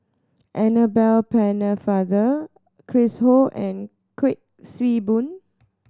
Annabel Pennefather Chris Ho and Kuik Swee Boon